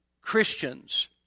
Christians